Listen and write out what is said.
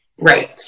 Right